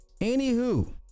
anywho